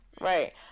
Right